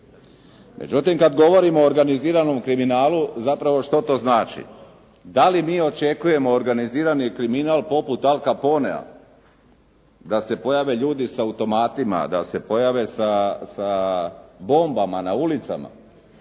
Međutim, kada govorimo o organiziranom kriminalu, zapravo što to znači? Dali mi očekujemo organizirani kriminal poput Al Caponea, da se pojave ljudi sa automatima, da se pojave sa bombama na ulicama.